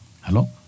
Hello